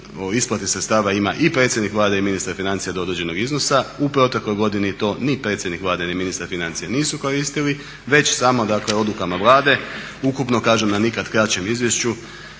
isplati sredstava ima i predsjednik Vlade i ministar financija do određenog iznosa. U protekloj godini to ni predsjednik Vlade ni ministar financija nisu koristili već samo dakle odlukama Vlade ukupno kažem na nikad kraćem izvješću